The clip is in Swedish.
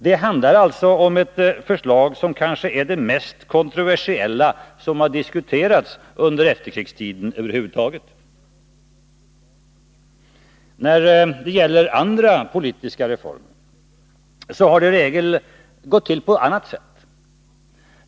Det handlar alltså om ett förslag som kanske är det mest kontroversiella som över huvud taget har diskuterats under efterkrigstiden. När det gäller andra politiska reformer har det i regel gått till på annat sätt.